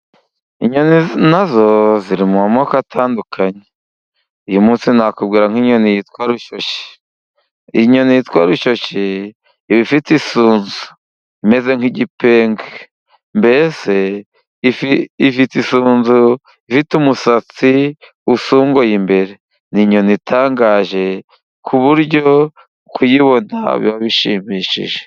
Inyoni na zo ziri mu moko atandukanye. Uyu munsi nakubwira nk'inyoni yitwa Rushashi. Inyoni yitwa Rushashi iba ifite isunzu rimeze nk'igipenke. Mbese ifite isunzu, ifite umusatsi usongoye imbere. Ni inyoni itangaje ku buryo kuyibona biba bishimishije.